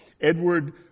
Edward